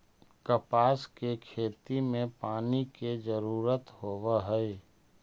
कपास के खेती में पानी के जरूरत होवऽ हई